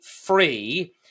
free